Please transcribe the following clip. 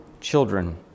children